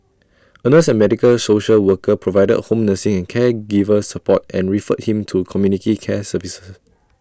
A nurse and medical social worker provided home nursing caregiver support and referred him to community care services